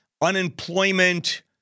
unemployment